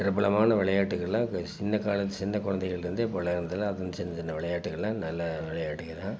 பிரபலமான விளையாட்டுகளில் சின்ன கால சின்ன குழந்தைகள்லேர்ந்து இப்போ விளாட்துல சின்ன சின்ன விளையாட்டுகள நல்ல விளையாடிக்குறேன்